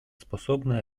способны